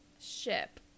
Ship